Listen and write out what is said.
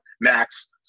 max